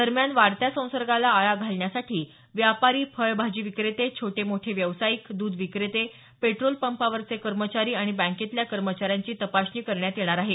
दरम्यान वाढत्या संसर्गाला आळा घालण्यासाठी व्यापारी फळ भाजी विक्रेते छोटेमोठे व्यवसायिक दूध विक्रेते पेट्रोल पंपावरचे कर्मचारी आणि बँकेतल्या कर्मचाऱ्यांची तपासणी करण्यात येणार आहे